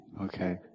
Okay